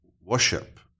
worship